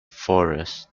forest